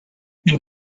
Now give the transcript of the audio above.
une